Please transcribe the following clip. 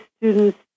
students